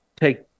take